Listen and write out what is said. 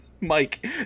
Mike